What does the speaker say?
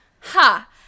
Ha